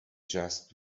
just